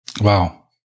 Wow